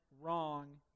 wrong